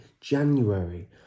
January